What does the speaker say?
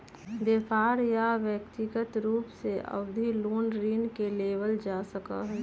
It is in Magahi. व्यापार या व्यक्रिगत रूप से अवधि लोन ऋण के लेबल जा सका हई